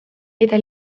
eta